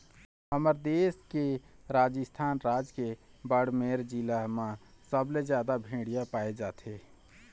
हमर देश के राजस्थान राज के बाड़मेर जिला म सबले जादा भेड़िया पाए जाथे